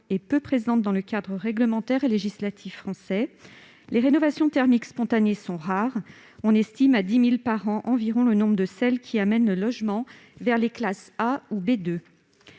est peu présente dans le cadre réglementaire et législatif français. Les rénovations thermiques spontanées sont rares : on estime à 10 000 par an, environ, le nombre de celles qui amènent le logement vers les classes A ou B2.